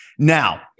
Now